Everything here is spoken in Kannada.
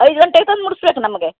ಐದು ಗಂಟೆಗೆ ತಂದು ಮುಟ್ಟಿಸ್ಬೇಕು ನಮಗೆ